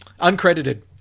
Uncredited